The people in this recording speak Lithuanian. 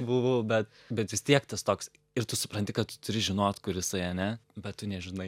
buvau bet bet vis tiek tas toks ir tu supranti kad tu turi žinot kur jisai ane bet tu nežinai